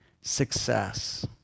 success